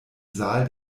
saal